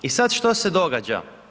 I sad što se događa?